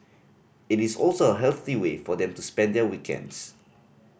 it is also a healthy way for them to spend their weekends